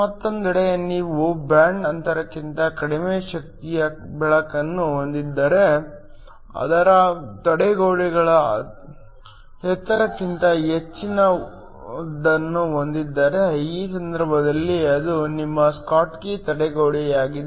ಮತ್ತೊಂದೆಡೆ ನೀವು ಬ್ಯಾಂಡ್ ಅಂತರಕ್ಕಿಂತ ಕಡಿಮೆ ಶಕ್ತಿಯ ಬೆಳಕನ್ನು ಹೊಂದಿದ್ದರೆ ಆದರೆ ತಡೆಗೋಡೆಗಳ ಎತ್ತರಕ್ಕಿಂತ ಹೆಚ್ಚಿನದನ್ನು ಹೊಂದಿದ್ದರೆ ಈ ಸಂದರ್ಭದಲ್ಲಿ ಅದು ನಿಮ್ಮ ಸ್ಕಾಟ್ಕಿ ತಡೆಗೋಡೆಯಾಗಿದೆ